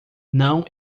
não